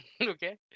Okay